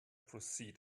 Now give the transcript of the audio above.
proceed